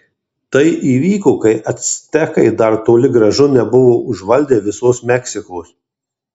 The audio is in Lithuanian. tai įvyko kai actekai dar toli gražu nebuvo užvaldę visos meksikos